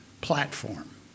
platform